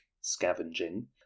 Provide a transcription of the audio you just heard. scavenging